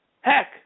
Heck